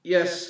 Yes